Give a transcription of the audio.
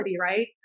right